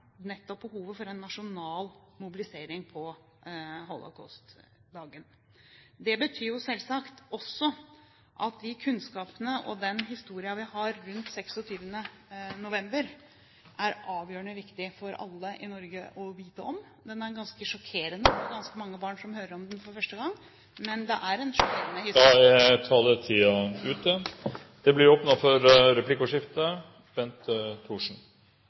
nettopp behovet for en nasjonal mobilisering på holocaustdagen. Det betyr selvsagt også at den kunnskapen og den historien vi har rundt 26. november, er avgjørende viktig for alle i Norge å vite om. Historien er ganske sjokkerende for ganske mange barn som hører om den for første gang. Men det er en sjokkerende ... Taletiden er ute. Det blir replikkordskifte. Vi må vokte oss vel for